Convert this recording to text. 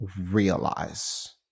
realize